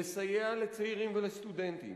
לסייע לצעירים ולסטודנטים,